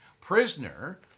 prisoner